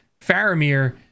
Faramir